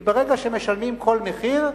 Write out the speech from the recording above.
כי ברגע שמשלמים כל מחיר,